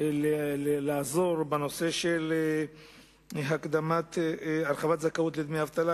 לעזור בנושא של הרחבת זכאות לדמי אבטלה,